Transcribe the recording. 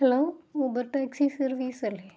hello Uber taxi service അല്ലേ